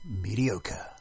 mediocre